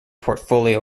portfolio